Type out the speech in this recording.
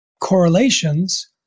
correlations